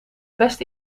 best